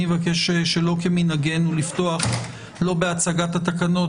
אני מבקש שלא כמנהגנו לא לפתוח בהצגת התקנות,